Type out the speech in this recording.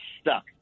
stuck